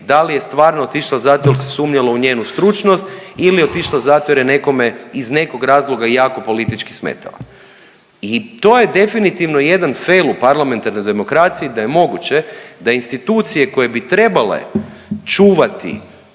da li je stvarno otišla zato jer se sumnjalo u njenu stručnost ili je otišla zato jer je nekome iz nekog razloga jako politički smetala. I to je definitivno jedan fail u parlamentarnoj demokraciji, da je moguće da institucije koje bi trebale čuvati